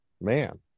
Man